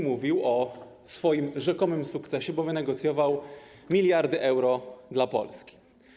Mówił o swoim rzekomym sukcesie, bo wynegocjował miliardy euro dla Polski.